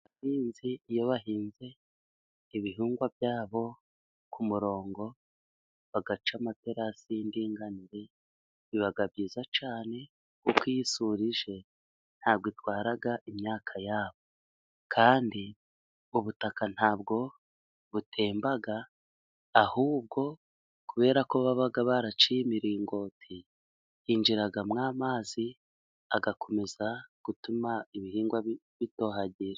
Abahinzi iyo bahinze ibihingwa byabo ku murongo bagaca amaterasi y'indinganire, biba byiza cyane kuko iyo isuri ije ntabwo itwara imyaka yabo kandi ubutaka ntabwo butemba, ahubwo kubera ko baba baraciye imiringoti hinjiramo amazi, agakomeza gutuma ibihingwa bitohagira.